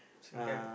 Singtel